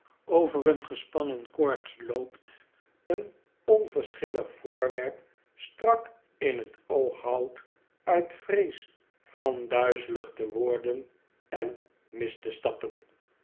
over een gespannen koord loopt een onverschillig voorwerp strak in het oog houdt uit vrees van duizelig te worden en mis te stappen